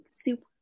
Super